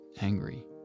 angry